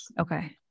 Okay